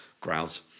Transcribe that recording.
growls